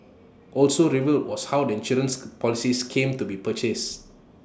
also revealed was how the insurance policies came to be purchased